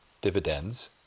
dividends